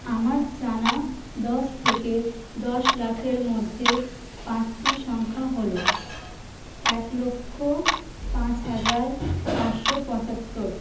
আমার জানা দশ থেকে দশ লাখের মধ্যে পাঁচটি সংখ্যা হল এক লক্ষ পাঁচ হাজার পাঁচশো পঁচাত্তর